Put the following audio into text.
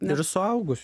ir suaugus